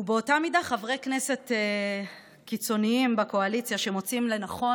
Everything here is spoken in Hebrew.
ובאותה מידה חברי כנסת קיצוניים בקואליציה מוצאים לנכון